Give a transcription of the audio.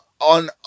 on